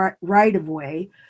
right-of-way